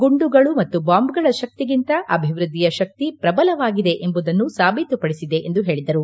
ಗುಂಡುಗಳು ಮತ್ತು ಬಾಂಬ್ಗಳ ಶಕ್ತಿಗಿಂತ ಅಭಿವೃದ್ದಿಯ ಶಕ್ತಿ ಶ್ರಬಲವಾಗಿದೆ ಎಂಬುದನ್ನು ಸಾಬೀತುಪಡಿಸಿದೆ ಎಂದು ಹೇಳಿದರು